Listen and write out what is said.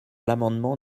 l’amendement